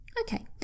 okay